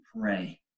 pray